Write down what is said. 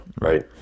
right